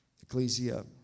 Ecclesia